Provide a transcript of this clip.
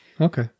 Okay